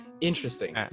Interesting